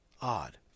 Odd